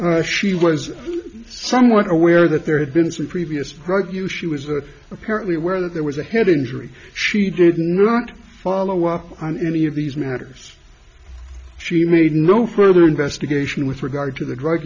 rush she was somewhat aware that there had been some previous greg you she was that apparently aware that there was a head injury she did not follow up on any of these matters she made no further investigation with regard to the drug